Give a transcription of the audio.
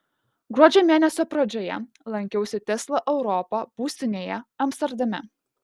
gruodžio mėnesio pradžioje lankiausi tesla europa būstinėje amsterdame